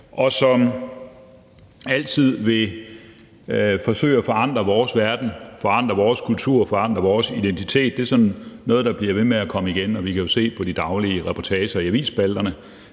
og som altid vil forsøge at forandre vores verden, kultur og identitet – det er noget, der bliver ved med at dukke op, og vi kan jo se på de daglige reportager i avisspalterne,